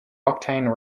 octane